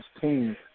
team